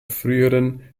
früheren